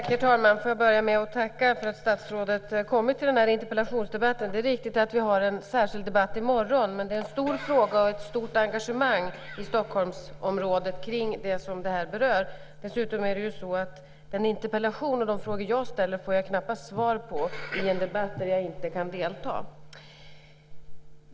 Herr talman! Låt mig börja med att tacka för att statsrådet har kommit till den här interpellationsdebatten. Det är riktigt att vi har en särskild debatt i morgon. Men det är en stor fråga, och det finns ett stort engagemang i Stockholmsområdet kring detta. Dessutom får jag knappast svar på den interpellation och de frågor jag ställer i en debatt där jag inte kan delta.